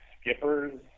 Skipper's